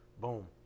boom